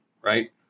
right